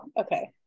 okay